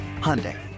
Hyundai